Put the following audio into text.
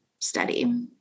study